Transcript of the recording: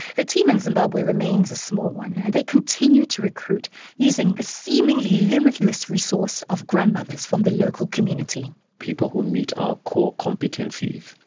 the team in zimbabwe remains a small one and they continue to recruit using the seemingly limitless resource of grandmothers from the local community. people who meet our core competencies,